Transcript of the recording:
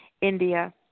India